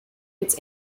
its